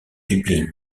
dublin